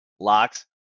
Locks